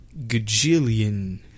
gajillion